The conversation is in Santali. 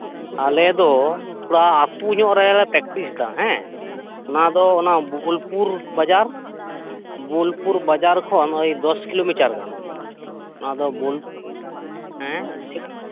ᱟᱞᱮᱫᱚ ᱛᱷᱚᱲᱟ ᱟᱛᱩᱧᱚᱜ ᱨᱮᱞᱮ ᱯᱮᱠᱴᱤᱥᱫᱟ ᱦᱮᱸ ᱚᱱᱟ ᱫᱚ ᱚᱱᱟ ᱵᱳᱞᱯᱩᱨ ᱵᱟᱡᱟᱨ ᱵᱳᱞᱯᱩᱨ ᱵᱟᱡᱟᱨ ᱠᱷᱚᱱ ᱳᱭ ᱫᱚᱥ ᱠᱤᱞᱳᱢᱤᱴᱟᱨ ᱜᱟᱱ ᱚᱱᱟᱫᱚ ᱵᱳᱞᱯᱩᱨ ᱦᱮᱸ ᱴᱷᱤᱠ